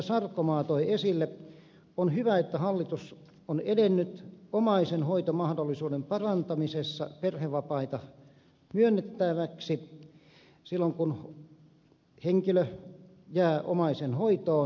sarkomaa toi esille on hyvä että hallitus on edennyt omaisen hoitomahdollisuuden parantamisessa esittämällä perhevapaita myönnettäväksi silloin kun henkilö jää omaisen hoitoon työelämästä